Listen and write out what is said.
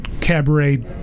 cabaret